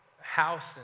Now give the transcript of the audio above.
house